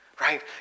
right